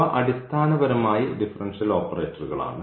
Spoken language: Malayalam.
ഇവ അടിസ്ഥാനപരമായി ഡിഫറൻഷ്യൽ ഓപ്പറേറ്റർകളാണ്